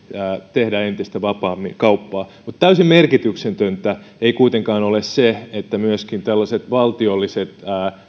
tehdä entistä vapaammin kauppaa mutta täysin merkityksetöntä ei kuitenkaan ole se että myöskin valtiolliset